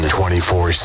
24